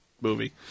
movie